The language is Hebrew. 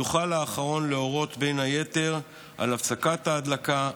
יוכל האחרון להורות בין היתר על הפסקת ההדלקה,